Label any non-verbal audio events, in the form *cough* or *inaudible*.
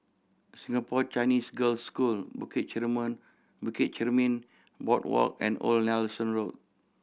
Singapore Chinese Girls' School Bukit *unintelligible* Bukit Chermin Boardwalk and Old Nelson Road